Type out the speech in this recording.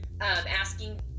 asking